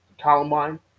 Columbine